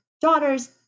daughters